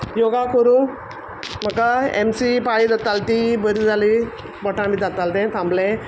योगा कोरूं म्हाका M C पाळी जाताल ती बरी जाली पोटा बी जाताल तें थांबलें